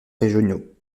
régionaux